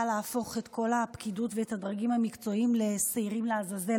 להפוך את כל הפקידות ואת הדרגים המקצועיים לשעירים לעזאזל,